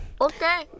Okay